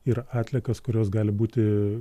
ir atliekas kurios gali būti